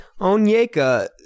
Onyeka